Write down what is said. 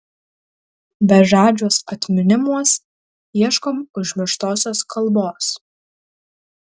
bežadžiuos atminimuos ieškom užmirštosios kalbos